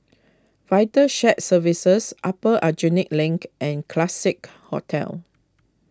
Vital Shared Services Upper Aljunied Link and Classique Hotel